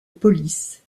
police